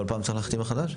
כל פעם צריך להחתים מחדש?